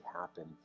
happen